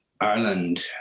Ireland